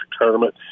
tournament